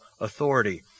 authority